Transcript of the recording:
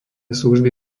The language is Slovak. služby